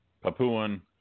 Papuan